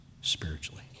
spiritually